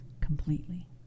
completely